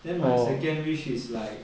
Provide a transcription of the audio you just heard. then my second wish is like